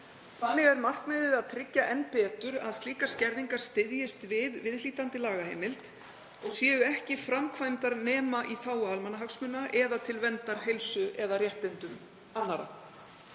Þannig er markmiðið að tryggja enn betur að slíkar skerðingar styðjist við viðhlítandi lagaheimild og séu ekki framkvæmdar nema í þágu almannahagsmuna eða til verndar heilsu eða réttindum annarra.